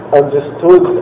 understood